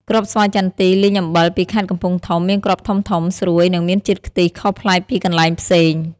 គ្រាប់ស្វាយចន្ទីលីងអំបិលពីខេត្តកំពង់ធំ មានគ្រាប់ធំៗ ស្រួយ និងមានជាតិខ្ទិះខុសប្លែកពីកន្លែងផ្សេង។